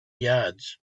yards